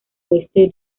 oeste